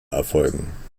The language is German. erfolgen